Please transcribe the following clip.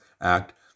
Act